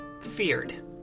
feared